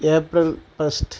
April first